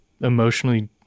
emotionally